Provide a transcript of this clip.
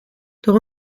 door